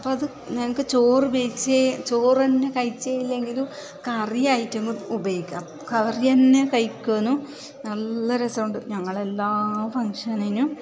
അത് ഞങ്ങൾക്ക് ചോറ് വേവിച്ച് ചോറ് തന്നെ കഴിച്ചില്ലെങ്കിലും കറിയായിട്ട് തന്നെ ഉപയോഗിക്കാം കറി തന്നെ കഴിക്കാനും നല്ല രസമുണ്ട് ഞങ്ങള് എല്ലാ ഫങ്ങ്ഷനിലും